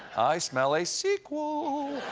i smell a sequel.